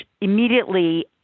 immediately